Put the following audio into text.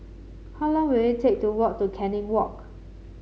how long will it take to walk to Canning Walk